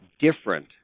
different